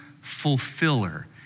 fulfiller